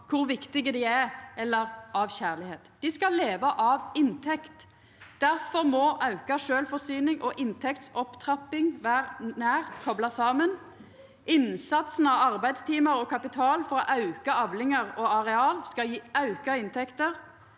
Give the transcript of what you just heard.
kor viktige dei er, eller av kjærleik. Dei skal leva av inntekt. Difor må auka sjølvforsyning og inntektsopptrapping vera nært kopla saman. Innsatsen av arbeidstimar og kapital for å auka avlingar og areal skal gje auka inntekter.